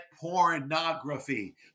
pornography